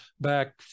back